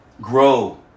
Grow